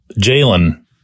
Jalen